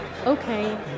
Okay